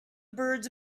birds